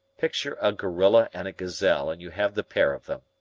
picture a gorilla and a gazelle, and you have the pair of them.